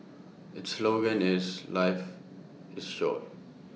its slogan is life is short